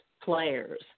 players